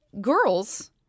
girls